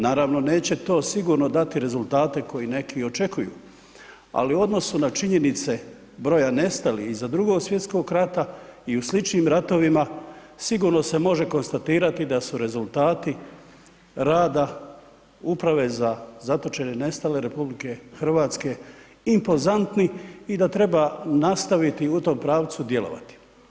Naravno neće to sigurno dati rezultate koje neki očekuju, ali u odnosu na činjenice broja nestalih iza Drugog svjetskog rata i u sličnim ratovima sigurno se može konstatirati da su rezultati rada Uprave za zatočene i nestale Republike Hrvatske impozantni i da treba nastaviti u tom pravcu djelovati.